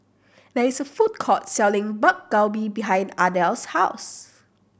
there is a food court selling Dak Galbi behind Ardell's house